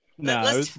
No